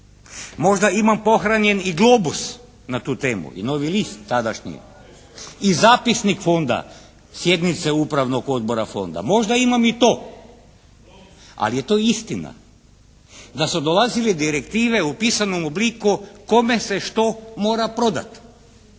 Možda imam pohranjen i "Globus" na tu temu i "Novi list" tadašnji i zapisnik fonda sjednice Upravnog odbora fonda. Možda imam i to. Ali je to istina da su dolazile direktive u pisanom obliku kome se što mora prodat.